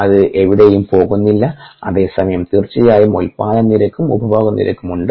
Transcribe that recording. അത് എവിടെയും പോകുന്നില്ല അതേസമയം തീർച്ചയായും ഉൽപാദന നിരക്കും ഉപഭോഗനിരക്കും ഉണ്ട്